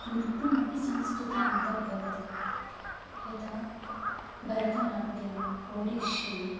नृत्यमपि संस्कृतौ अन्तर्भवति यथा भरतनाट्यम् ओडिश्शि